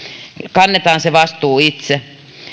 kannetaan se vastuu itse